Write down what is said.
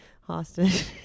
hostage